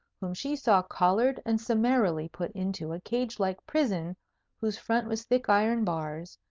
whom she saw collared and summarily put into a cage-like prison whose front was thick iron bars,